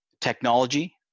technology